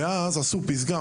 ואז עשו פסגה,